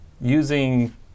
using